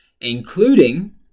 including